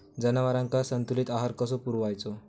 जनावरांका संतुलित आहार कसो पुरवायचो?